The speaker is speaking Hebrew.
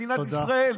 תודה.